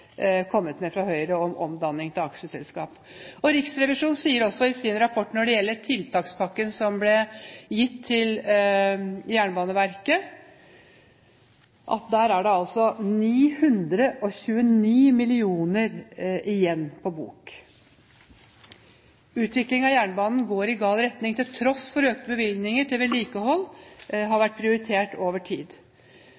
kommet med fra Høyre, om omdanning til aksjeselskap. Riksrevisjonen sier også i sin rapport når det gjelder tiltakspakken som ble gitt til Jernbaneverket, at det er 929 mill. kr igjen på bok. Utviklingen av jernbanen går i gal retning, til tross for at økte bevilgninger til vedlikehold har